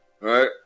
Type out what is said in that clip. right